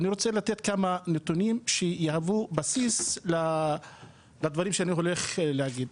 ואני רוצה לתת כמה נתונים שיהוו בסיס לדברים שאני הולך להגיד.